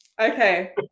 Okay